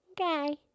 Okay